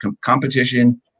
competition